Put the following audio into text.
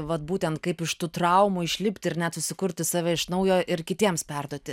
vat būtent kaip iš tų traumų išlipti ir net susikurti save iš naujo ir kitiems perduoti